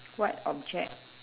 what object